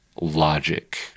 logic